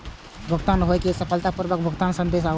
भुगतान होइ के बाद सफलतापूर्वक भुगतानक संदेश आओत